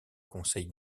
conseille